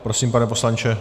Prosím, pane poslanče.